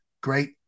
Great